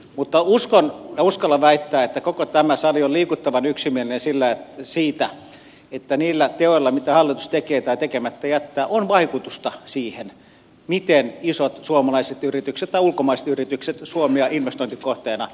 mutta uskon ja uskallan väittää että koko tämä sali on liikuttavan yksimielinen siitä että niillä teoilla mitä hallitus tekee tai tekemättä jättää on vaikutusta siihen miten isot suomalaiset yritykset tai ulkomaiset yritykset suomea investointikohteena pohtivat